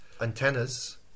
antennas